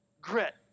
grit